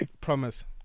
Promise